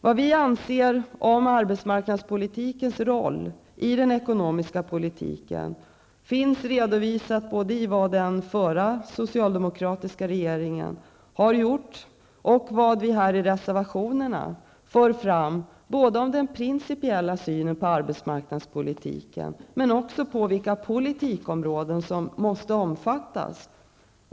Vad vi anser om arbetsmarknadpsolitikens roll i den ekonomiska politiken finns redovisat både i det som den förra, socialdemokratiska, regeringen gjorde och i reservationen till dagens betänkande, där vi framför både vår principiella syn på arbetsmarknadspolitiken och vilka politikområden som måste omfattas.